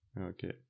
Okay